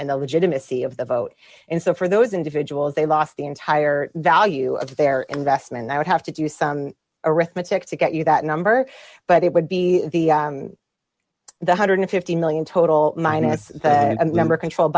and the legitimacy of the vote and so for those individuals they lost the entire value of their investment i would have to do some arithmetic to get you that number but it would be the the one hundred and fifty million total mind as that number controlled